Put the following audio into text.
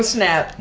Snap